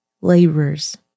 laborers